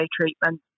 treatment